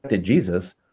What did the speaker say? Jesus